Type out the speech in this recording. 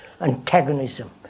antagonism